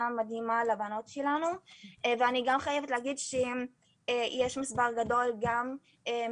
מדהימה לבנות שלנו ואני גם חייבת להגיד שיש מספר גדול מהחניכות,